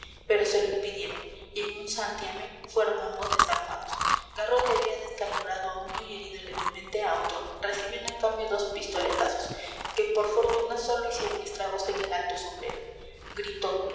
pero se lo impidieron y en un santiamén fueron ambos desarmados garrote había descalabrado a uno y herido levemente a otro recibiendo en cambio dos pistoletazos que por fortuna sólo hicieron estragos en el alto sombrero gritó